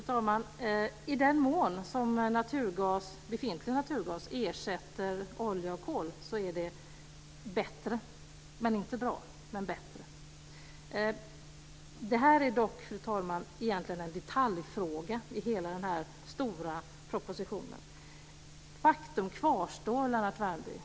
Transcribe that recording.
Fru talman! I den mån som befintlig naturgas ersätter olja och kol är det bättre. Det är inte bra, men det är bättre. Detta är dock, fru talman, egentligen en detaljfråga i hela den stora propositionen. Faktum kvarstår, Lennart Värmby.